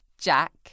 Jack